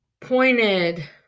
pointed